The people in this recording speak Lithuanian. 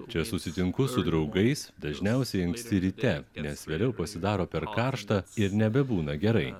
čia susitinku su draugais dažniausiai anksti ryte nes vėliau pasidaro per karšta ir nebebūna gerai